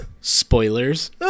Spoilers